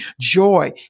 joy